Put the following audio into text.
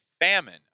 famine